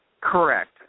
Correct